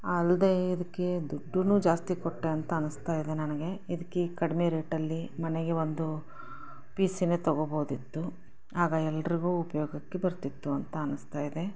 ಅಲ್ಲದೇ ಇದಕ್ಕೆ ದುಡ್ಡು ಜಾಸ್ತಿ ಕೊಟ್ಟೆ ಅಂತ ಅನಿಸ್ತಾ ಇದೆ ನನಗೆ ಇದಕ್ಕೆ ಕಡಿಮೆ ರೇಟಲ್ಲಿ ಮನೆಗೆ ಒಂದು ಪಿ ಸಿನೇ ತೊಗೊಬೋದಿತ್ತು ಆಗ ಎಲ್ಲರಿಗೂ ಉಪಯೋಗಕ್ಕೆ ಬರ್ತಿತ್ತು ಅಂತ ಅನಿಸ್ತಾ ಇದೆ